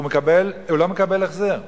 הוא לא מקבל החזר.